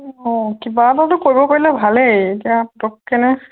অঁ কিবা এটাতো কৰিব পাৰিলে ভালেই এতিয়া পটককেনে